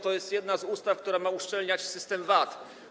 To jest jedna z ustaw, która ma uszczelniać system VAT.